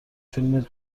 فیلم